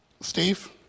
Steve